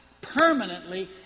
permanently